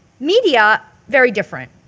media, very different.